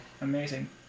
amazing